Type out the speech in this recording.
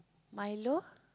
milo